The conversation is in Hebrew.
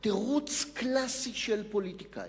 נותן תירוץ קלאסי של פוליטיקאי.